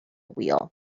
wheel